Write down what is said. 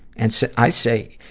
and so i say,